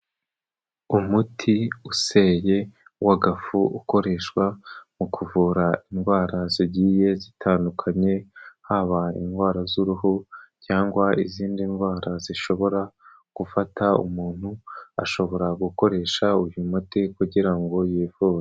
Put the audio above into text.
Umuti useye w'agafu ukoreshwa mu kuvura indwara zigiye zitandukanye, haba indwara z'uruhu cyangwa izindi ndwara zishobora gufata umuntu, ashobora gukoresha uyu muti kugira ngo yivure.